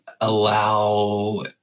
allow